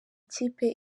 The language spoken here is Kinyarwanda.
kipe